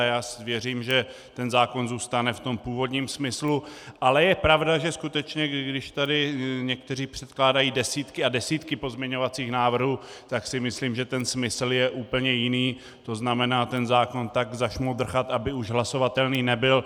Já věřím, že zákon zůstane v tom původním smyslu, ale je pravda, že skutečně když tady někteří předkládají desítky a desítky pozměňovacích návrhů, tak si myslím, že ten smysl je úplně jiný, to znamená zákon tak zašmodrchat, aby už hlasovatelný nebyl.